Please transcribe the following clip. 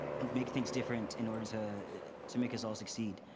make things different in order to to make us all succeed,